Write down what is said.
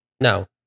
no